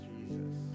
Jesus